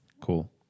Cool